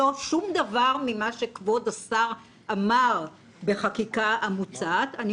שום דבר ממה שכבוד השר אמר בחקיקה המוצעת אני